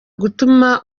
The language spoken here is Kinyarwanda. gutuma